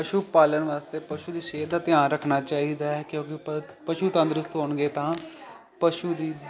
ਪਸ਼ੂ ਪਾਲਣ ਵਾਸਤੇ ਪਸ਼ੂ ਦੀ ਸਿਹਤ ਦਾ ਧਿਆਨ ਰੱਖਣਾ ਚਾਹੀਦਾ ਹੈ ਕਿਉਂਕਿ ਪਸ਼ੂ ਤੰਦਰੁਸਤ ਹੋਣਗੇ ਤਾਂ ਪਸ਼ੂ ਦੀ